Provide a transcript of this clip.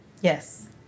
Yes